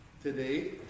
today